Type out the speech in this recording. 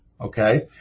okay